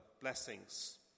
blessings